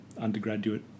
undergraduate